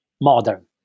modern